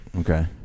okay